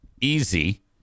Easy